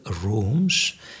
rooms